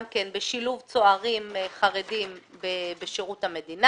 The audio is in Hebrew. כן בשילוב צוערים חרדים בשירות המדינה.